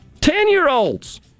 Ten-year-olds